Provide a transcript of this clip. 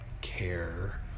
care